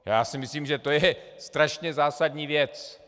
Já si myslím, že to je strašně zásadní věc.